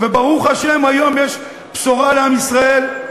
וברוך השם היום יש בשורה לעם ישראל: